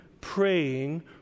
praying